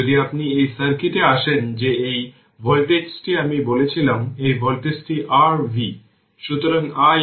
যদি আপনি এই সার্কিটে আসেন যে r এই ভোল্টেজটি আমি বলেছিলাম এই ভোল্টেজটি r v